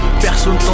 Personne